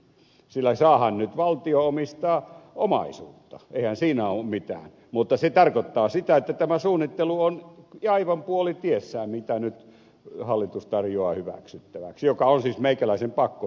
sillä saahan nyt valtio omistaa omaisuutta eihän siinä ole mitään mutta se tarkoittaa sitä että tämä suunnittelu on aivan puolitiessään mitä nyt hallitus tarjoaa hyväksyttäväksi mikä on siis meikäläisen pakko hyväksyä